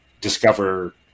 discover